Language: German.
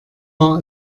war